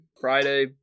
Friday